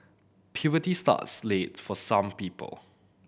puberty starts late for some people